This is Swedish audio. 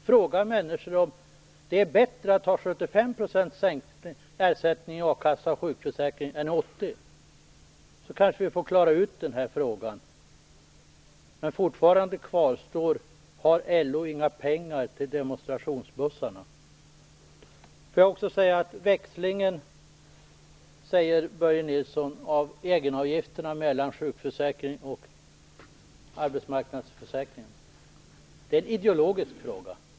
Fråga människor om det är bättre att ha 75 % ersättning i a-kassan och sjukförsäkringen än att ha 80 %! Då kan vi kanske klara ut den frågan. Växlingen beträffande egenavgifterna mellan sjukförsäkringen och arbetsmarknadsförsäkringen är enligt Börje Nilsson en ideologisk fråga.